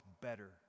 better